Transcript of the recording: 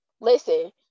Listen